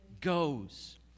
goes